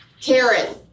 Karen